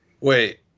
Wait